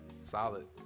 solid